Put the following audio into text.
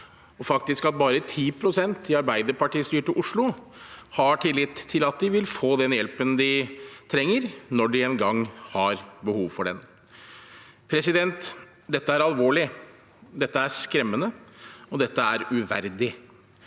Faktisk har bare 10 pst. i Arbeiderparti-styrte Oslo tillit til at de vil få den hjelpen de trenger, når de en gang har behov for den. Dette er alvorlig, dette er skremmende og dette er uverdig.